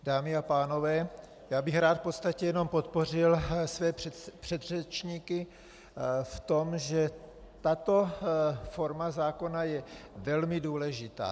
Dámy a pánové, já bych rád v podstatě jenom podpořil své předřečníky v tom, že tato forma zákona je velmi důležitá.